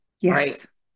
Yes